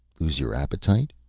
lose your appetite?